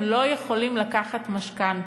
הם לא יכולים לקחת משכנתה.